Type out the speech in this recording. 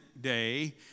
day